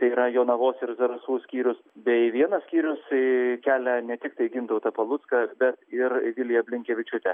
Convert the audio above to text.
tai yra jonavos ir zarasų skyrius bei vienas skyrius kelia ne tiktai gintautą palucką bet ir viliją blinkevičiūtę